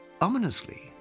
ominously